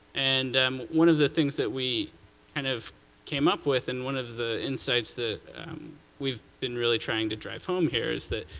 and um one of the things that we kind of came up with and one of the insights that we've been really trying to drive home here is that,